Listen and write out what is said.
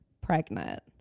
pregnant